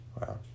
Wow